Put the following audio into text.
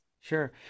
Sure